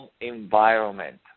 environment